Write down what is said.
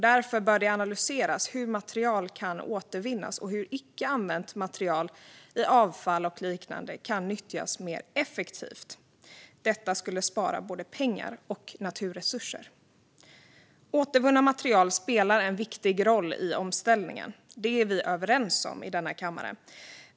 Därför bör det analyseras hur material kan återvinnas och hur icke använt material i avfall och liknande kan nyttjas mer effektivt. Detta skulle spara både pengar och naturresurser. Återvunna material spelar en viktig roll i omställningen, och det är vi överens om i denna kammare.